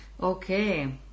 Okay